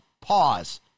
pause